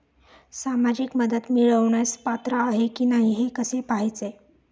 सामाजिक मदत मिळवण्यास पात्र आहे की नाही हे कसे पाहायचे?